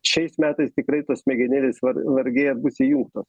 šiais metais tikrai tos smegenėlės vargiai ar bus įjungtos